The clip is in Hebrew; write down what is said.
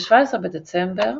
ב-17 בדצמבר